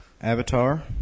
Avatar